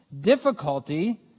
Difficulty